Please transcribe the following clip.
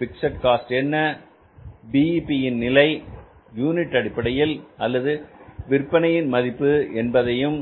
fixed cost என்ன BEP ன் நிலை யூனிட் அடிப்படையில் அல்லது அதனுடைய விற்பனை மதிப்பு என்பதையும்